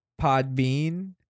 Podbean